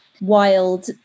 wild